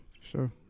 Sure